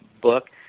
book